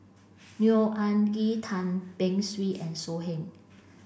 Neo Anngee Tan Beng Swee and So Heng